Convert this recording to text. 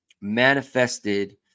manifested